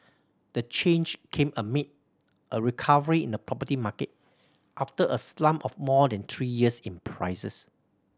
the change came amid a recovery in the property market after a slump of more than three years in prices